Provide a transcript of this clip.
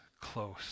close